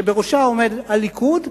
שבראשה עומד הליכוד,